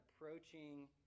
approaching